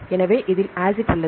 எனவே எதில் ஆசிட் உள்ளது